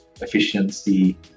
efficiency